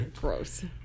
Gross